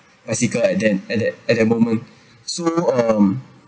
bicycle at then at that at that moment so um